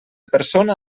persona